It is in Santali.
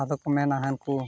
ᱟᱫᱚᱠᱚ ᱢᱮᱱᱟ ᱦᱟᱱᱠᱩ